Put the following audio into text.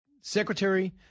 Secretary